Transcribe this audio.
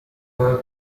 berg